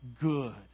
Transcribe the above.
good